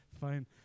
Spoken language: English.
fine